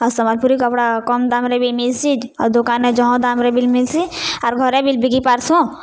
ଆଉ ସମ୍ବଲପୁରୀ କପ୍ଡ଼ା କମ୍ ଦାମ୍ରେ ବି ମିଲ୍ସି ଆଉ ଦୋକାନେ ଜହ ଦାମ୍ରେ ବି ମିଲ୍ସି ଆର୍ ଘରେ ବି ବିକି ପାର୍ସୁଁ